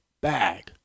bag